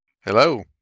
Hello